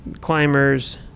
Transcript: climbers